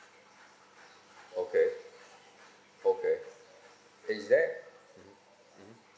okay okay is that mmhmm mmhmm